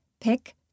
pick